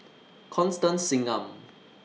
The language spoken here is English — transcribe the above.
Constance Singam